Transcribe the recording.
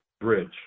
bridge